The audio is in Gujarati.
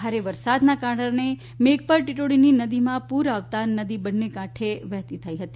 ભારે વરસાદને કારણે મેઘપર ટીટોડીની નદીમાં પુર આવતા નદી બંને કાંઠે વહી રહી છે